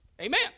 Amen